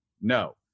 No